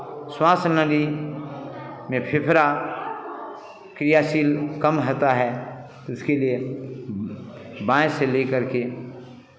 श्वास नली में फेफरा क्रियाशील कम होता है तो इसके लिए बाएँ से लेकर के